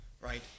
right